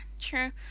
True